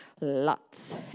Lots